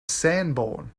sanborn